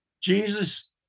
Jesus